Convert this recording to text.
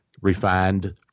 refined